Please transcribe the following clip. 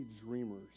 dreamers